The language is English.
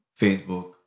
Facebook